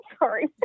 Sorry